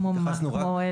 כמו מה?